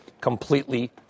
completely